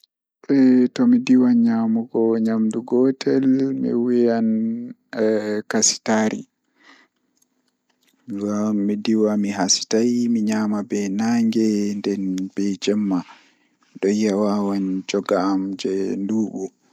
So tawii miɗo waɗa waawde nde njangol ngal njiddaade fiyaangu e hoore ngal, mi waɗataa waawi waɗude ngal goɗɗo ngam njiddaade. Miɗo waɗata waawi ɗaɓɓude ngal ngal, waawi njiddaade sabu ngal ngal. Ko ɗiɗo ngal rewɓe ngal njiddaade sabu ngal ngam ɗum njiddaade sabu ngal